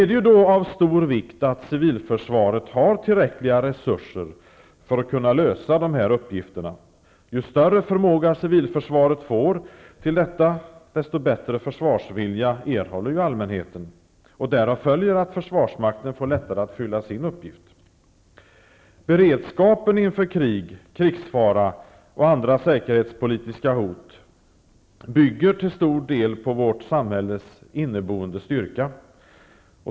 Det är av stor vikt att civilförsvaret har tillräckliga resurser för att kunna lösa dessa uppgifter. Ju större förmåga civilförsvaret får i detta avseende, desto bättre försvarsvilja erhåller allmänheten. Därav följer att det blir lättare för försvarsmakten att fylla sin uppgift. Beredskapen inför krig, krigsfara och andra säkerhetspolitiska hot bygger till stor del på vårt samhälles inneboende styrka.